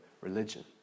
religion